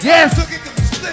Yes